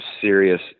serious